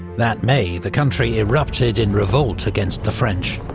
that may, the country erupted in revolt against the french.